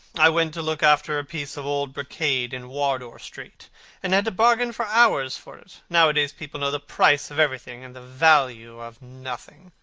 i went to look after a piece of old brocade in wardour street and had to bargain for hours for it. nowadays people know the price of everything and the value of nothing.